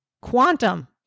Quantum